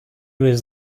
was